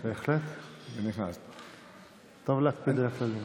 בהחלט, טוב להקפיד על הכללים.